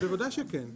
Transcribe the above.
בוודאי שכן.